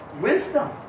wisdom